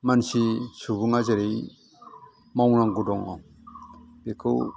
मानसि सुबुङा जेरै मावनांगौ दङ बेखौ